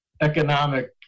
economic